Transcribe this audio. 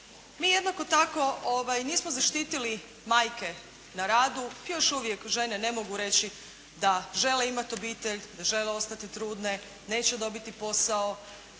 Mi jednako tako nismo zaštitili majke na radu. Još uvijek žene ne mogu reći da žele imati obitelj, da žele ostati trudne, neće dobiti posao.